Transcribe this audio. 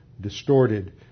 distorted